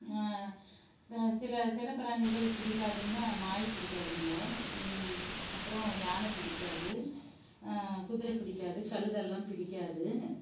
சில செல்லப் பிராணிகள் பிடிக்காதுனால் நாய் பிடிக்காதுங்க அப்புறம் யானை பிடிக்காது குதிரை பிடிக்காது கழுதையெல்லாம் பிடிக்காது